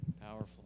powerful